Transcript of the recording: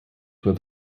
have